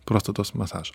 prostatos masažą